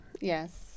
Yes